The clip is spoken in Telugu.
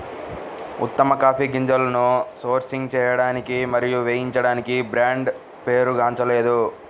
ఉత్తమ కాఫీ గింజలను సోర్సింగ్ చేయడానికి మరియు వేయించడానికి బ్రాండ్ పేరుగాంచలేదు